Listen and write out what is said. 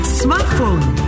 smartphone